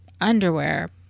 underwear